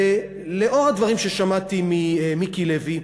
ולאור הדברים ששמעתי ממיקי לוי,